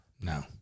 No